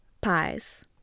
Pies